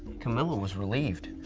camilla was relieved.